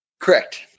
Correct